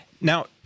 Now